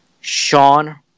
Sean